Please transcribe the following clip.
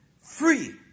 free